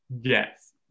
yes